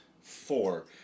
four